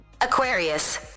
Aquarius